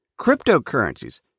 cryptocurrencies